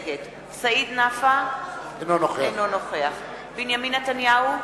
נגד סעיד נפאע, אינו נוכח בנימין נתניהו,